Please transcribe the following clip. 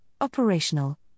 operational